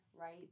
right